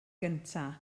gyntaf